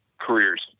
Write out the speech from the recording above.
careers